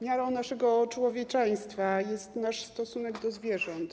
Miarą naszego człowieczeństwa jest nasz stosunek do zwierząt.